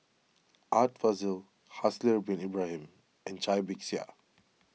Art Fazil Haslir Bin Ibrahim and Cai Bixia